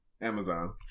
Amazon